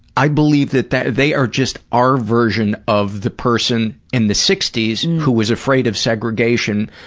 i believe that that they are just our version of the person in the sixties who was afraid of segregation,